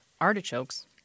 artichokes